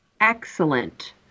excellent